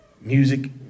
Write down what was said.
music